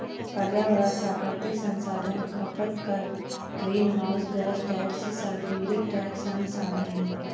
पर्यावरण प्राकृतिक संसाधन खपत कर, greenhouse gas tax, sulphuric tax, अन्य शामिल हैं